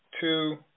two